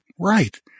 Right